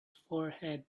forehead